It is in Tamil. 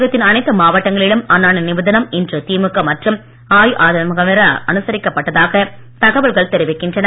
தமிழகத்தின் அனைத்து மாவட்டங்களிலும் அண்ணா நினைவு தினம் இன்று திமுக மற்றும் அஇஅதிமுக வினரால் அனுசரிக்கப்பட்டதாக தகவல்கள் தெரிவிக்கின்றன